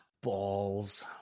balls